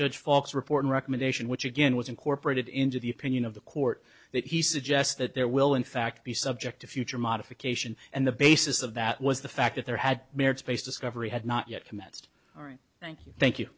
judge fox report recommendation which again was incorporated into the opinion of the court that he suggests that there will in fact be subject to future modification and the basis of that was the fact that there had merits based discovery had not yet commenced all right thank you thank you